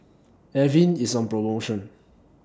Avene IS on promotion